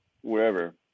wherever